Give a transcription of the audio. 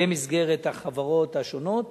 במסגרת החברות השונות.